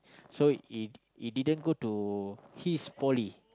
so it he didn't go to his poly